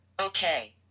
Okay